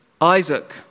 Isaac